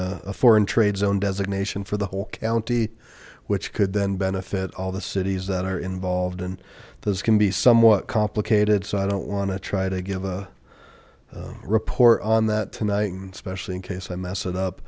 doing a foreign trade zone designation for the whole county which could then benefit all the cities that are involved and those can be somewhat complicated so i don't want to try to give a report on that tonight especially in case i mess it up